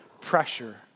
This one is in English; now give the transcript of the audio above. pressure